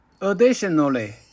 Additionally